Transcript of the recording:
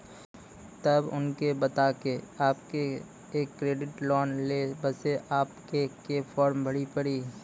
तब उनके बता के आपके के एक क्रेडिट लोन ले बसे आपके के फॉर्म भरी पड़ी?